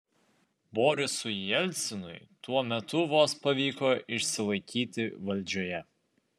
borisui jelcinui tuo metu vos pavyko išsilaikyti valdžioje